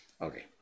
Okay